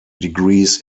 degrees